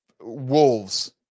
wolves